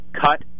cut